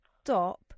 stop